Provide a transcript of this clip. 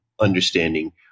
understanding